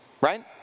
Right